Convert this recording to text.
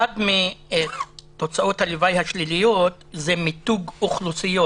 אחת מתוצאות הלוואי השליליות זה מיתוג אוכלוסיות,